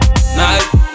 Night